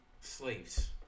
slaves